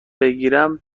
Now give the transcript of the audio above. بگیرم